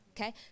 Okay